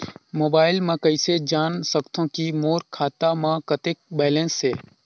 Mobile म कइसे जान सकथव कि मोर खाता म कतेक बैलेंस से?